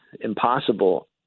impossible